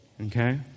Okay